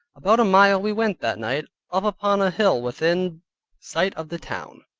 about a mile we went that night, up upon a hill within sight of the town,